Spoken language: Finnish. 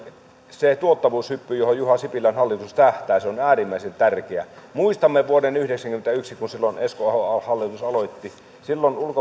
se tuottavuushyppy johon juha sipilän hallitus tähtää on äärimmäisen tärkeä muistamme vuoden yhdeksänkymmentäyksi kun esko ahon hallitus aloitti silloin